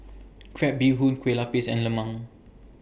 Crab Bee Hoon Kue Lupis and Lemang